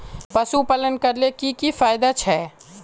पशुपालन करले की की फायदा छे?